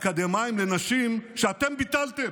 אקדמיים לנשים שאתם ביטלתם.